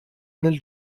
nel